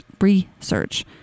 research